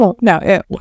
no